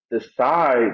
decide